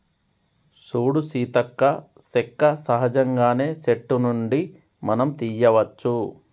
సూడు సీతక్క సెక్క సహజంగానే సెట్టు నుండి మనం తీయ్యవచ్చు